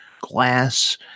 glass